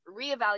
reevaluate